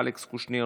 אלכס קושניר,